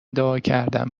دعاکردم